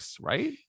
right